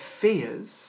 fears